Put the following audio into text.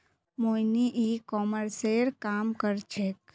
मोहिनी ई कॉमर्सेर काम कर छेक्